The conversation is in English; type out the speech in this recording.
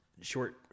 short